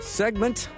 segment